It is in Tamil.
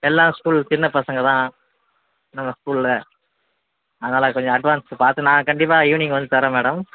எல்லா ஸ்கூல் சின்ன பசங்க தான் நம்ம ஸ்கூலில் அதனால் கொஞ்ச அட்வான்ஸு பார்த்து நான் கண்டிப்பாக ஈவினிங் வந்து தரேன் மேடம்